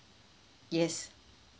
yes